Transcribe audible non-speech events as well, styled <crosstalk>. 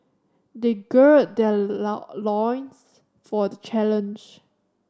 they gird their <unintelligible> loins for the challenge